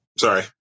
Sorry